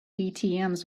atms